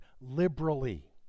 liberally